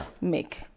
make